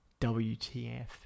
wtf